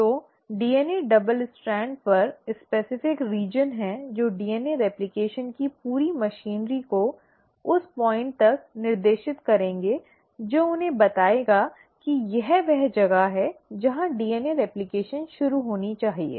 तो DNA double strand पर विशिष्ट क्षेत्र हैं जो डीएनए रेप्लकेशन की पूरी मशीनरी को उस बिंदु तक निर्देशित करेंगे जो उन्हें बताएंगे कि यह वह जगह है जहां डीएनए रेप्लकेशन शुरू होनी चाहिए